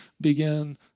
begin